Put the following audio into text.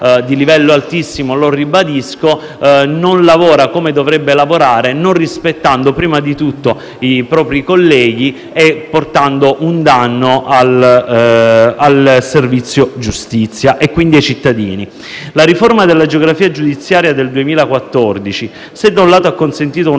di livello altissimo - lo ribadisco -, non lavora come dovrebbe, non rispettando prima di tutto i propri colleghi, arrecando un danno al servizio giustizia e, quindi, ai cittadini. La riforma della geografia giudiziaria del 2014, se da un lato ha consentito una